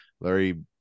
larry